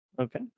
okay